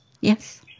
Yes